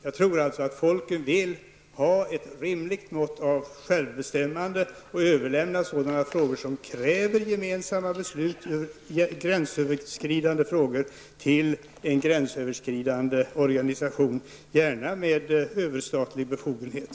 Jag tror alltså att folken vill ha ett rimligt mått av självbestämmande och överlämna sådana frågor som kräver gemensamma beslut, gränsöverskridande frågor, till en gränsöverskridande organisation, gärna med överstatlig befogenhet.